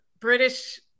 British